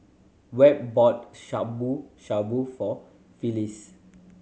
Webb bought Shabu Shabu for Phyliss